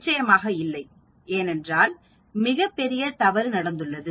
நிச்சயமாக இல்லை ஏனென்றால் மிகப் பெரிய தவறு நடந்துள்ளது